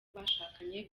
bashakanye